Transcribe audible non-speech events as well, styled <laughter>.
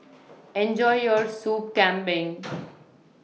Enjoy your Soup Kambing <noise>